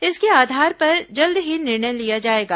इसके आधार पर जल्द ही निर्णय लिया जाएगा